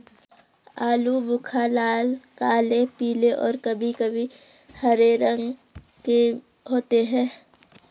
आलू बुख़ारे लाल, काले, पीले और कभी कभी हरे रंग के होते हैं